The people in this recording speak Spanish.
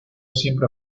siempre